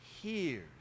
hears